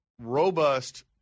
robust